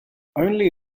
only